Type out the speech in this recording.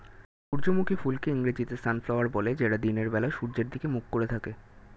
সূর্যমুখী ফুলকে ইংরেজিতে সানফ্লাওয়ার বলে যেটা দিনের বেলা সূর্যের দিকে মুখ করে থাকে